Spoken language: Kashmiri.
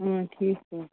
ٹھیٖک چھُ